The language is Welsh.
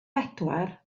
bedwar